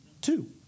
Two